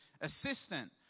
assistant